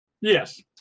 Yes